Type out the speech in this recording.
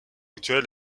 actuel